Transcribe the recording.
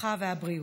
הרווחה והבריאות.